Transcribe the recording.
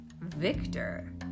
Victor